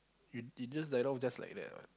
you you just died off just like that ah